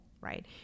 right